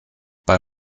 bei